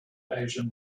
asian